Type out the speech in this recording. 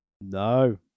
no